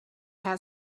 had